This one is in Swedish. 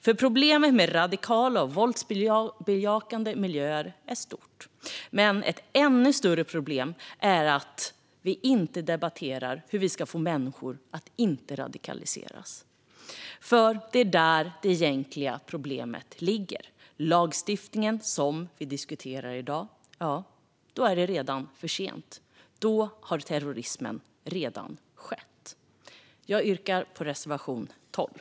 För problemet med radikala och våldbejakande miljöer är stort, men ett ännu större problem är att vi inte debatterar hur vi ska få människor att inte radikaliseras. För det är där det egentliga problemet ligger. Lagstiftningen som vi diskuterar i dag handlar om när det redan är för sent. Då har terrorismen redan skett. Jag yrkar bifall till reservation 12.